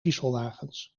dieselwagens